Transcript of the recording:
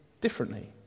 differently